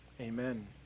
Amen